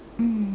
mm